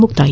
ಮುಕ್ತಾಯ